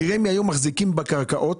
רמ"י היום מחזיקה בקרקעות.